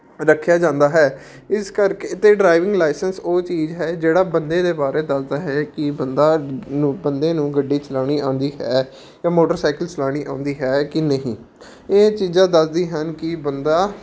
ਰੱਖਿਆ ਜਾਂਦਾ ਹੈ ਇਸ ਕਰਕੇ ਅਤੇ ਡਰਾਈਵਿੰਗ ਲਾਈਸੈਂਸ ਉਹ ਚੀਜ਼ ਹੈ ਜਿਹੜਾ ਬੰਦੇ ਦੇ ਬਾਰੇ ਦੱਸਦਾ ਹੈ ਕਿ ਬੰਦਾ ਬੰਦੇ ਨੂੰ ਗੱਡੀ ਚਲਾਉਣੀ ਆਉਂਦੀ ਹੈ ਜਾਂ ਮੋਟਰਸਾਈਕਲ ਚਲਾਉਣੀ ਆਉਂਦੀ ਹੈ ਕਿ ਨਹੀਂ ਇਹ ਚੀਜ਼ਾਂ ਦੱਸਦੀਆਂ ਹਨ ਕਿ ਬੰਦਾ